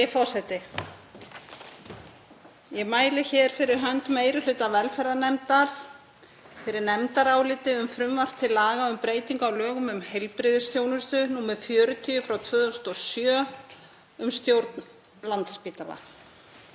Ég mæli hér fyrir hönd meiri hluta velferðarnefndar fyrir nefndaráliti um frumvarp til laga um breytingu á lögum um heilbrigðisþjónustu, nr. 40/2007, um stjórn Landspítala.